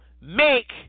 make